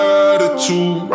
attitude